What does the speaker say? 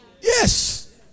Yes